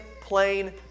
plain